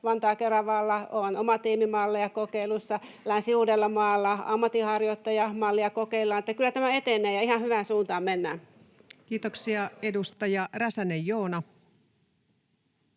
Vantaa—Keravalla on omatiimimalleja kokeilussa, Länsi-Uudellamaalla ammatinharjoittajamallia kokeillaan. Eli kyllä tämä etenee, ja ihan hyvään suuntaan mennään. [Speech 17] Speaker: